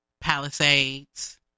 Palisades